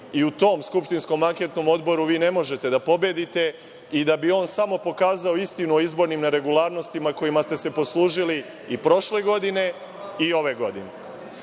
i u tom skupštinskom anketnom odboru vi ne možete da pobedite i da bi on samo pokazao istinu o izbornim neregularnostima kojima ste se poslužili i prošle godine i ove godine. Opet